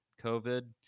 COVID